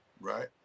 Right